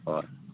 হয়